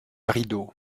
rideaux